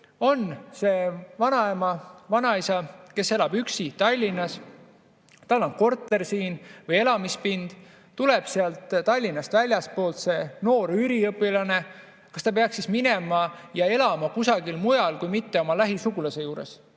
On see vanaema, vanaisa, kes elab üksi Tallinnas, tal on korter siin või elamispind, tuleb väljastpoolt Tallinna noor üliõpilane – kas ta peaks siis minema ja elama kusagil mujal, mitte oma lähisugulase juures?